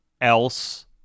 else